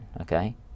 Okay